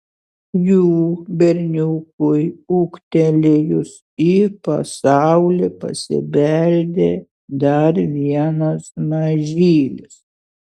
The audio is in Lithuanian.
jų berniukui ūgtelėjus į pasaulį pasibeldė dar vienas mažylis